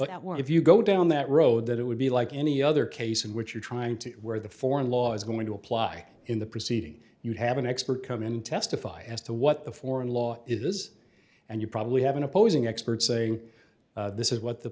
what if you go down that road that it would be like any other case in which you're trying to where the foreign law is going to apply in the proceeding you have an expert come in and testify as to what the foreign law is and you probably have an opposing expert saying this is what the